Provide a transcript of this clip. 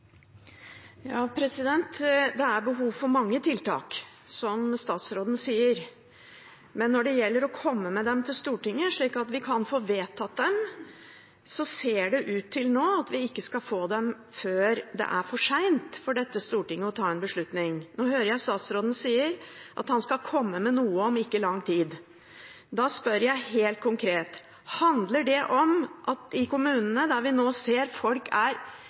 Det er behov for mange tiltak, som statsråden sier, men når det gjelder å komme med dem til Stortinget slik at vi kan få vedtatt dem, ser det nå ut til at vi ikke skal få dem før det er for seint for dette stortinget å ta en beslutning. Nå hører jeg at statsråden sier at han skal komme med noe om ikke lang tid. Da spør jeg helt konkret: Handler det om at kommunene – der vi nå ser folk er